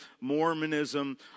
Mormonism